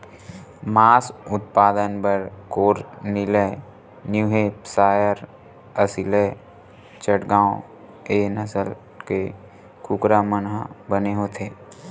मांस उत्पादन बर कोरनिलए न्यूहेपसायर, असीलए चटगाँव ए नसल के कुकरा मन ह बने होथे